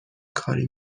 کاری